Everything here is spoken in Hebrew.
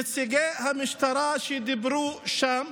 נציגי המשטרה שדיברו שם